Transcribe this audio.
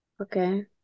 Okay